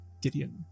Gideon